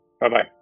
Bye-bye